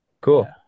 Cool